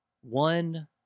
One